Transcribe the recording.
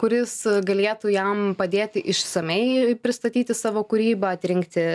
kuris galėtų jam padėti išsamiai pristatyti savo kūrybą atrinkti